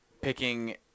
picking